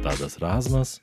tadas razmas